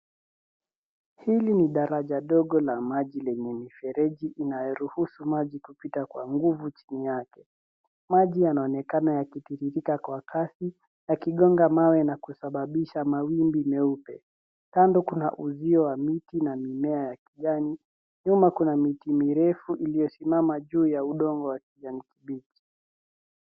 Hili ni daraja dogo la maji lenye mifereji inayoruhusu maji kupita kwa nguvu chini yake. Maji yanaonekana yakitiririka kwa kasi, yakigonga mawe na kusababisha mawimbi meupe. Kando kuna uzio wa miti na mimea ya kijani, nyuma kuna miti mirefu iliyosimama juu ya udongo wa kijani kibichi.